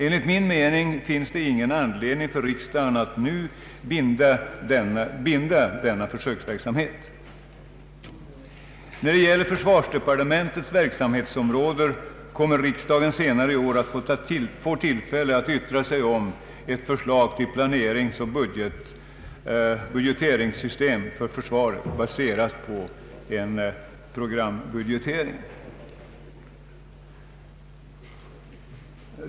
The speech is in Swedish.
Enligt min mening finns det ingen anledning för riksdagen att nu binda denna försöksverksamhet. När det gäller försvarsdepartementets verksamhetsområde kommer riksdagen senare i år att få tillfälle att yttra sig om ett förslag till planeringsoch budgeteringssystem för försvaret, baserat på en programbudgetering.